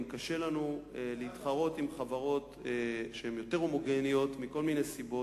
גם קשה לנו להתחרות עם חברות שהן יותר הומוגניות מכל מיני סיבות.